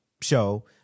show